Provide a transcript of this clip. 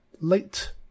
late